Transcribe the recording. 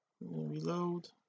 reload